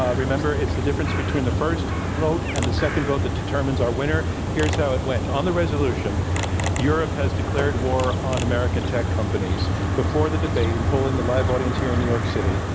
remember, it's the difference between the first vote and the second vote that determines our winner. here's how it went. on the resolution europe has declared war on american tech companies, before the debate, in polling the live audience here in new york city,